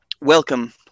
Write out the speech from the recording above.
welcome